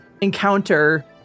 encounter